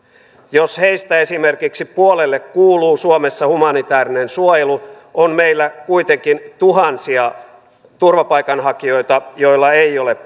jos heistä esimerkiksi puolelle kuuluu suomessa humanitäärinen suojelu on meillä kuitenkin tuhansia turvapaikanhakijoita joilla ei ole